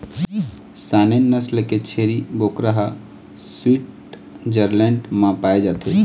Saanen नसल के छेरी बोकरा ह स्वीटजरलैंड म पाए जाथे